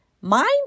Mind